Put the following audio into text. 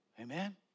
Amen